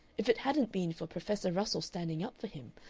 if it hadn't been for professor russell standing up for him,